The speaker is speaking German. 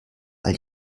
weil